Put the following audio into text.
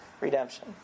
redemption